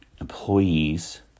Employees